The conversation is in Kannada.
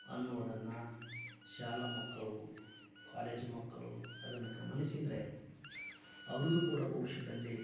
ಅನ್ನುವುದನ್ನು ಶಾಲಾ ಮಕ್ಕಳು ಕಾಲೇಜು ಮಕ್ಕಳು ಅದನ್ನು ಗಮನಿಸಿದರೆ ಅವರಿಗೂ ಕೂಡ ಭವಿಷ್ಯದಲ್ಲಿ